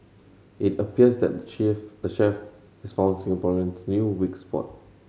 it appears that the chief the chef has found Singaporeans' new weak spot